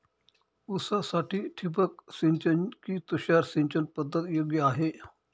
ऊसासाठी ठिबक सिंचन कि तुषार सिंचन पद्धत योग्य आहे?